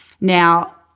Now